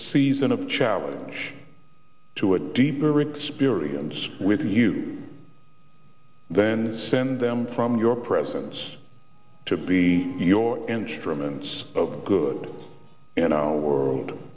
season of challenge to a deeper experience with you then send them from your presence to be your instruments of good in our world